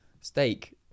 Steak